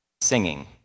Singing